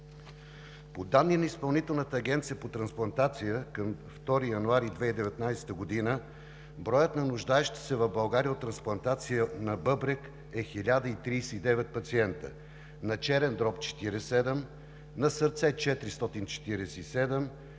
По данни на Изпълнителната агенция по трансплантация към 2 януари 2019 г. броят на нуждаещи се в България от трансплантация на бъбрек е 1039 пациенти; на черен дроб – 47; на сърце – 447;